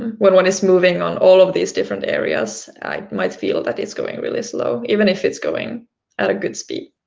and when one is moving on all of these different areas, it might feel that it's going really slowly, even if it's going at a good speed.